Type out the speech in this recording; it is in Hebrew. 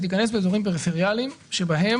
היא תיכנס לאזורים פריפריאליים בהם